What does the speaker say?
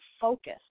focus